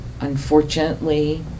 unfortunately